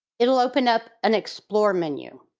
it'll open up an explorer menu.